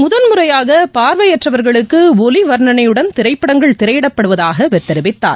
முதன்முறையாக பார்வையற்றவர்களுக்கு ஒலி வர்ணனையுடன் திரைப்படங்கள் திரையிடப்படுவதாக அவர் தெரிவித்தார்